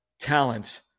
talent